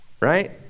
right